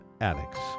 addicts